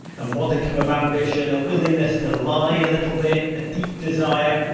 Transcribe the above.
a modicum of ambition, a willingness to lie, a little bit. a deep desire,